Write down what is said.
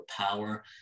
power